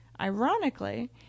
Ironically